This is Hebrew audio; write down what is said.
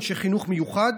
אנשי חינוך מיוחד.